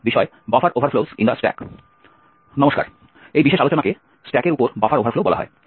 নমস্কার এই বিশেষ আলোচনাকে স্ট্যাকের উপর বাফার ওভারফ্লো বলা হয়